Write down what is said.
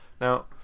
now